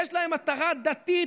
יש להם מטרה דתית,